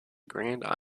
grand